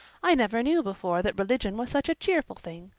i never knew before that religion was such a cheerful thing.